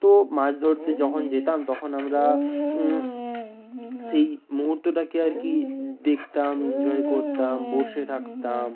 তো মাছ ধরতে যখন যেতাম তখন আমরা সেই মুহূর্তটাকে আর কি দেখতাম এনজয় করতাম বসে থাকতাম